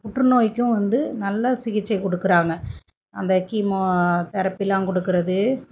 புற்றுநோய்க்கும் வந்து நல்ல சிகிச்சை கொடுக்கறாங்க அந்த கீமோதெரபிலாம் கொடுக்கறது